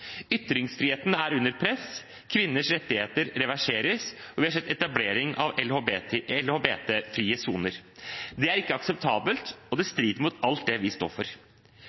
Ytringsfriheten er under press, kvinners rettigheter reverseres, og vi har sett etablering av LHBT-frie soner. Det er ikke akseptabelt, og det strider mot alt det vi